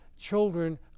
children